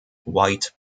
white